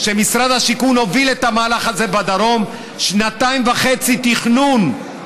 כשמשרד השיכון הוביל את המהלך הזה בדרום: שנתיים וחצי תכנון,